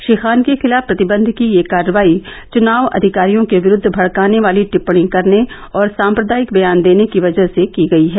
श्री ख़ान के खिलाफ प्रतिबंध की यह कार्रवाई चुनाव अधिकारियों के विरूद्व भड़काने वाली टिप्पणी करने और साम्प्रदायिक बयान देने की वजह से की गई है